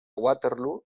waterloo